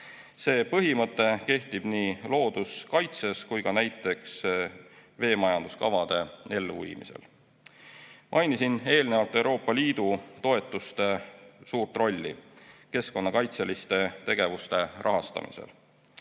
See põhimõte kehtib nii looduskaitses kui ka näiteks veemajanduskavade elluviimisel. Mainisin eelnevalt Euroopa Liidu toetuste suurt rolli keskkonnakaitseliste tegevuste rahastamisel.